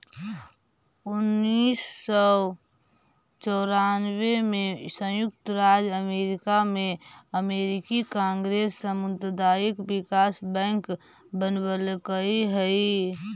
उन्नीस सौ चौरानबे में संयुक्त राज्य अमेरिका में अमेरिकी कांग्रेस सामुदायिक विकास बैंक बनवलकइ हई